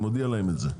אני מודיע להם את זה,